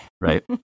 right